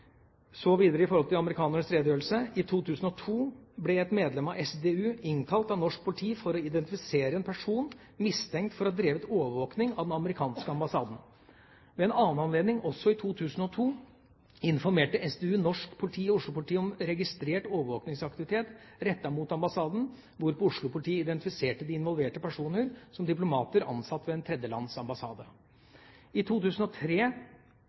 Så videre når det gjelder amerikanernes redegjørelse: I 2002 ble et medlem av SDU innkalt av norsk politi for å identifisere en person mistenkt for å ha drevet overvåking av den amerikanske ambassaden. Ved en annen anledning, også i 2002, informerte SDU norsk politi og Oslo-politiet om registrert overvåkingsaktivitet rettet mot ambassaden, hvorpå Oslo-politiet identifiserte de involverte personer som diplomater ansatt ved et tredjelands ambassade. I 2003